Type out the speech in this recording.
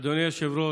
אדוני היושב-ראש,